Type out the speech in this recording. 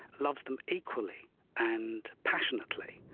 loves them equally and passionately.